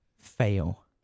fail